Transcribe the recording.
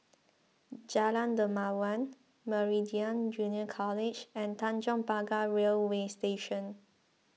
Jalan Dermawan Meridian Junior College and Tanjong Pagar Railway Station